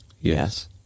Yes